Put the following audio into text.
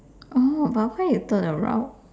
oh but why you turn around